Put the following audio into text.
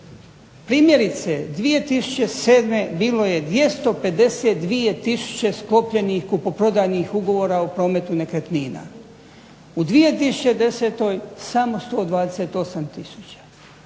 Primjerice, 2007. bilo je 252 tisuće sklopljenih kupoprodajnih ugovora o prometu nekretnina, u 2010. samo 128